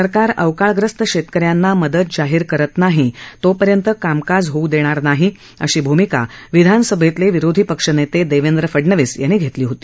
सरकार अवकाळीग्रस्त शेतकऱ्यांना मदत जाहीर करत नाही तोपर्यंत कामकाज होऊ देणार नाही अशी भूमिका विधानसभेतले विरोधीपक्ष नेते देवेंद्र फडणवीस यांनी घेतली होती